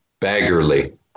Baggerly